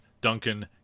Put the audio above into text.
duncan